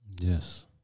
Yes